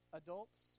adults